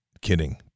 kidding